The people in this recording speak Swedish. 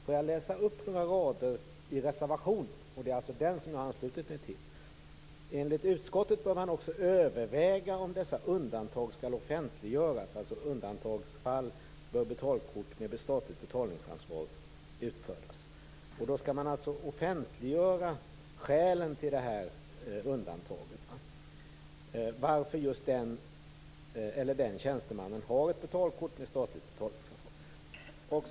Låt mig läsa upp några rader ur reservationen, och det är alltså den som jag har anslutit mig till. "Endast i undantagsfall bör betalkort med statligt betalningsansvar utfärdas. Enligt utskottet bör man också överväga om dessa undantag skall offentliggöras". Då skall man alltså offentliggöra skälen till undantaget, dvs. varför just den eller den tjänstemannen har ett betalkort med statligt betalningsansvar.